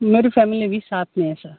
मेरी फ़ैमिली भी साथ में है सर